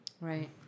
Right